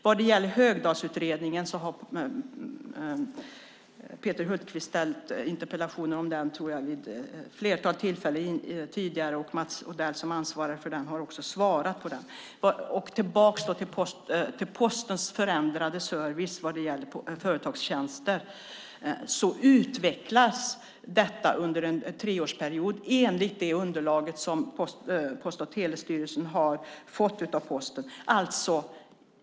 Vad gäller Högdahlsutredningen har Peter Hultqvist ställt interpellationer om den, tror jag, vid ett flertal tillfällen tidigare. Mats Odell som ansvarar för den har också svarat på detta. Jag går då tillbaka till Postens förändrade service vad gäller företagstjänster. Detta utvecklas under en treårsperiod, enligt det underlag som Post och telestyrelsen har fått av Posten.